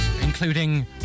including